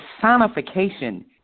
personification